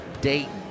Dayton